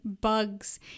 bugs